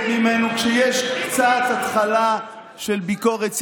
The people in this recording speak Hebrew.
ממנו כשיש קצת התחלה של ביקורת ציבורית?